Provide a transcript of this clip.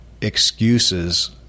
Excuses